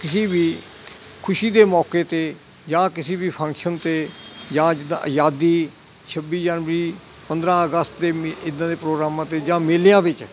ਕਿਸੀ ਵੀ ਖੁਸ਼ੀ ਦੇ ਮੌਕੇ 'ਤੇ ਜਾਂ ਕਿਸੇ ਵੀ ਫੰਕਸ਼ਨ 'ਤੇ ਜਾਂ ਜਿੱਦਾਂ ਆਜ਼ਾਦੀ ਛੱਬੀ ਜਨਵਰੀ ਪੰਦਰ੍ਹਾਂ ਅਗਸਤ ਦੇ ਮੇ ਇੱਦਾਂ ਪ੍ਰੋਗਰਾਮਾਂ 'ਤੇ ਜਾਂ ਮੇਲਿਆਂ ਵਿੱਚ